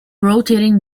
rotating